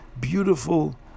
beautiful